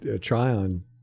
Tryon